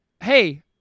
Hey